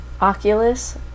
Oculus